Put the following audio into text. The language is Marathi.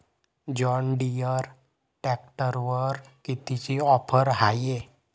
जॉनडीयर ट्रॅक्टरवर कितीची ऑफर हाये?